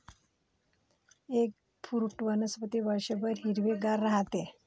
eggfruit वनस्पती वर्षभर हिरवेगार राहते